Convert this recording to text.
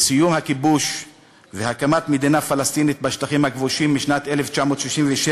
סיום הכיבוש והקמת מדינה פלסטינית בשטחים הכבושים משנת 1967,